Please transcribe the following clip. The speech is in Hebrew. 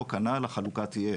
אותו כנ"ל, החלוקה תהיה